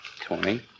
twenty